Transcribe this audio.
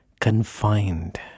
confined